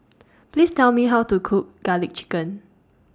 Please Tell Me How to Cook Garlic Chicken